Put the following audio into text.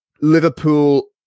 Liverpool